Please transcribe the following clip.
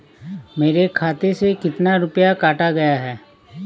मेरे खाते से कितना रुपया काटा गया है?